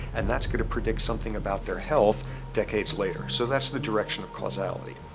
and that's going to predict something about their health decades later. so, that's the direction of causality.